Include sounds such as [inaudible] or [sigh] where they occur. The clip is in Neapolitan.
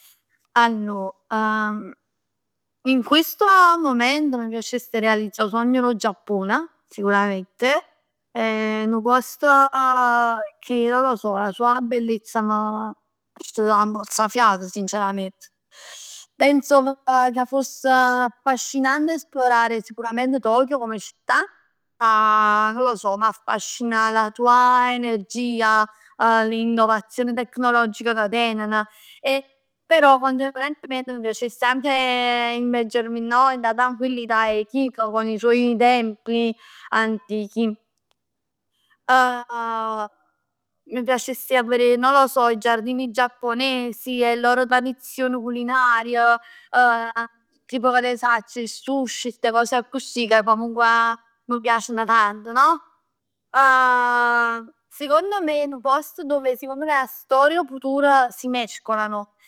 Allor [hesitation] in questo momento m' piacess 'a realizzà 'o sogno d' 'o Giappon, sicuramente. È 'nu posto [hesitation] che non lo so, ha la sua bellezza, ma mozzafiato sincerament. Penso ca foss affascinante sicuramente Tokyo come città, [hesitation] non lo so, m'affascina la sua energia, l'innovazione tecnologica ca tenen e però contemporaneament m' piacess anche immergermi, no? Dint' 'a tranquillità, con i suoi templi antichi. [hesitation] Mi piacess, non lo so, e ji 'a verè i giardini giapponesi, 'e loro tradizioni culinare. [hesitation] Tipo che ne sacc, il sushi, ste cos accussì ca comunque m' piaceno tanto no? [hesitation] Secondo me nu post dove, secondo me 'a storia e 'o futuro si mescolano.